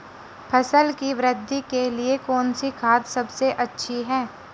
फसल की वृद्धि के लिए कौनसी खाद सबसे अच्छी है?